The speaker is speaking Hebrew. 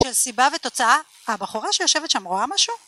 של סיבה ותוצאה. הבחורה שיושבת שם רואה משהו?